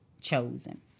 chosen